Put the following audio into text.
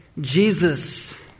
Jesus